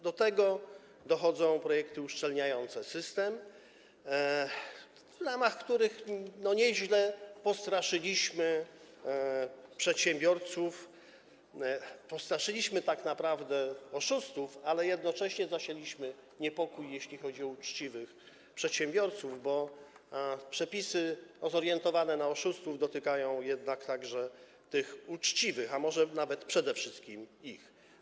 Do tego dochodzą projekty uszczelniające system, w ramach których nieźle postraszyliśmy przedsiębiorców - postraszyliśmy tak naprawdę oszustów, ale jednocześnie zasialiśmy niepokój, jeśli chodzi o uczciwych przedsiębiorców, bo przepisy zorientowane na oszustów dotykają jednak także tych uczciwych, a może nawet przede wszystkim ich.